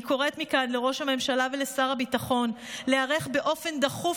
אני קוראת מכאן לראש הממשלה ולשר הביטחון להיערך באופן דחוף